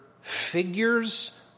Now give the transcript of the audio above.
figures